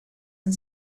and